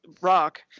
rock